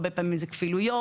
הרבה פעמים זה כפילויות,